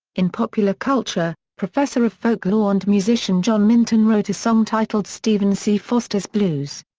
in popular culture professor of folklore and musician john minton wrote a song titled stephen c. foster's blues.